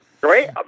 great